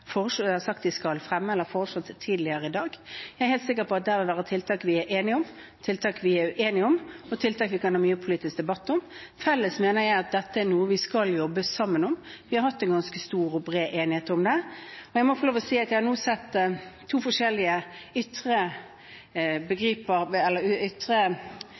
har sagt de skal fremme eller foreslå. Jeg er helt sikker på at det der vil være tiltak vi er enige om, tiltak vi er uenige om, og tiltak vi kan ha mye politisk debatt om. Felles mener jeg at dette er noe vi skal jobbe sammen om. Vi har hatt en ganske stor og bred enighet om det. Jeg må få lov å si at jeg nå har sett to forskjellige ytre